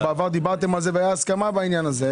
ודיברתם על זה והייתה הסכמה בעניין הזה.